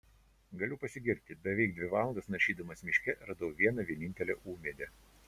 galiu pasigirti beveik dvi valandas naršydamas miške radau vieną vienintelę ūmėdę